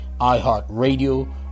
iHeartRadio